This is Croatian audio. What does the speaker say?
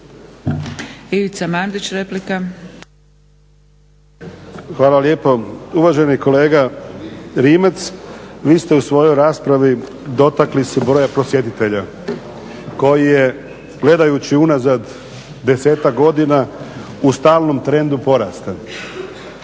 Ivica (HNS)** Hvala lijepo. Uvaženi kolega Rimac, vi ste u svojoj raspravi dotakli se broja posjetitelja koji je gledajući unazad desetak godina u stalnom trendu porasta.